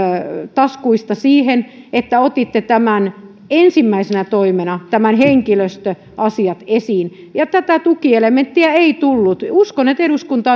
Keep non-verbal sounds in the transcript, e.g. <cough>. taskuista siihen että otitte esiin ensimmäisenä toimena henkilöstöasiat ja tätä tukielementtiä ei tullut uskon että eduskunta <unintelligible>